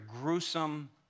gruesome